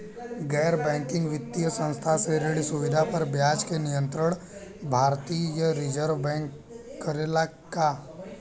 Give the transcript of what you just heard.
गैर बैंकिंग वित्तीय संस्था से ऋण सुविधा पर ब्याज के नियंत्रण भारती य रिजर्व बैंक करे ला का?